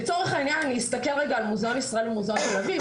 לצורך העניין אני אסתכל רגע על מוזיאון ישראל ומוזיאון תל אביב,